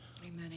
Amen